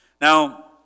Now